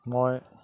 মই